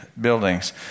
buildings